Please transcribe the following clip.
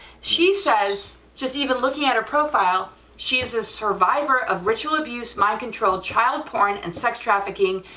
she says just even looking at her profile she's a survivor of ritual abuse, mind control, child porn and sex trafficking,